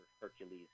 Hercules